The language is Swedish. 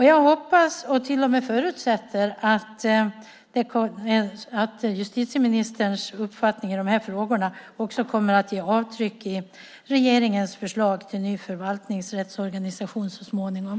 Jag hoppas och till och med förutsätter att justitieministerns uppfattning i de här frågorna också kommer att ge avtryck i regeringens förslag till ny förvaltningsrättsorganisation så småningom.